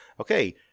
okay